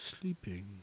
sleeping